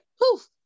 poof